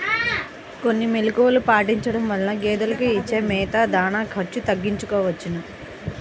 కొన్ని మెలుకువలు పాటించడం వలన గేదెలకు ఇచ్చే మేత, దాణా ఖర్చు తగ్గించుకోవచ్చును